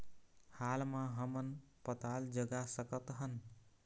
हाल मा हमन पताल जगा सकतहन?